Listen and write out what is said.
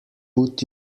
put